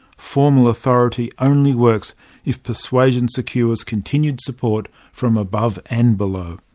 formal authority only works if persuasion secures continued support from above and below.